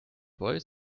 boy